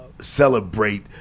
celebrate